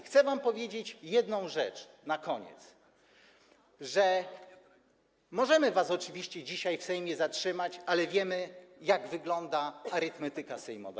Chcę wam powiedzieć jedną rzecz na koniec: Możemy próbować was oczywiście dzisiaj w Sejmie zatrzymać, ale wiemy, jak wygląda arytmetyka sejmowa.